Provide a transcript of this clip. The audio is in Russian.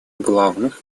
главных